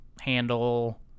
handle